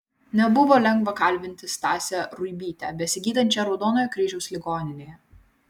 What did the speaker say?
nebuvo lengva kalbinti stasę ruibytę besigydančią raudonojo kryžiaus ligoninėje